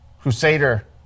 crusader